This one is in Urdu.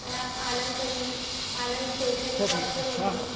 سر آپ عالم عالم اسٹیسنری شاپ سے بول رہے ہیں